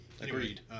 agreed